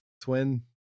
twin